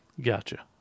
Gotcha